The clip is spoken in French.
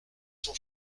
son